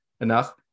enough